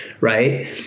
Right